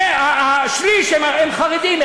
שליש הם חרדים,